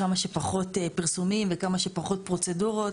כמה שפחות פרסומים וכמה שפחות פרוצדורות.